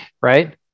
right